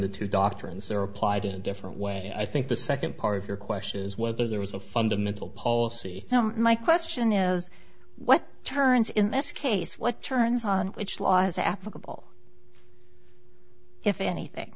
the two doctrines are applied in a different way i think the second part of your question is whether there was a fundamental policy my question is what turns in this case what turns on which law is applicable if anything